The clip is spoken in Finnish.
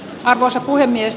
arvoisa puhemies